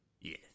Yes